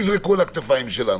אתם לא תגידו שהאנשים ירעבו,